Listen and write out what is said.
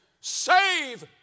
Save